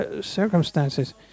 circumstances